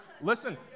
Listen